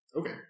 Okay